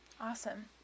Awesome